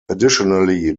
additionally